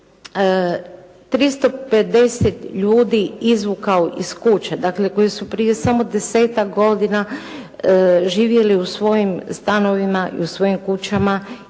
350 ljudi izvukao iz kuće, dakle koji su prije samo desetak godina živjeli u svojim stanovima i u svojim kućama